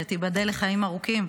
שתיבדל לחיים ארוכים,